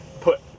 put